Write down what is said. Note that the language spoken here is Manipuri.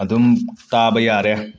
ꯑꯗꯨꯝ ꯇꯥꯕ ꯌꯥꯔꯦ